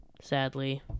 sadly